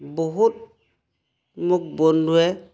বহুত মোক বন্ধুৱে